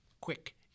quick